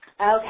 Okay